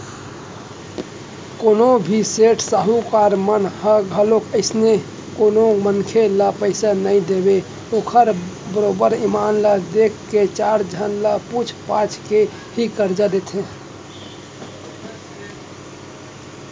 कोनो भी सेठ साहूकार मन ह घलोक अइसने कोनो मनखे ल पइसा नइ देवय ओखर बरोबर ईमान ल देख के चार झन ल पूछ पाछ के ही करजा देथे